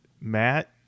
Matt